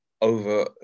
over